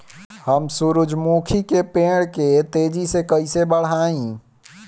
हम सुरुजमुखी के पेड़ के तेजी से कईसे बढ़ाई?